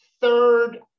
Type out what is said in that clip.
Third